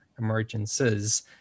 emergences